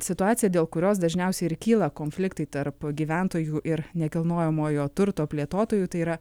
situaciją dėl kurios dažniausiai ir kyla konfliktai tarp gyventojų ir nekilnojamojo turto plėtotojų tai yra